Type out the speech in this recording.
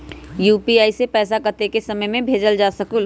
UPI से पैसा कतेक समय मे भेजल जा स्कूल?